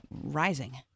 rising